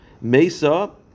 Mesa